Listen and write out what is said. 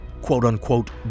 quote-unquote